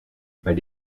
maar